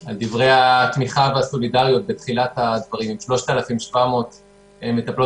על דברי התמיכה והסולידריות בתחילת הדברים לגבי 3,700 מטפלות